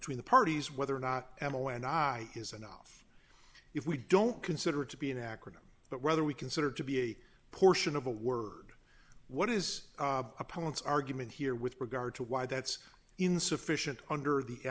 between the parties whether or not emma and i is enough if we don't consider it to be an acronym but whether we consider to be a portion of a word what is opponents argument here with regard to why that's insufficient under the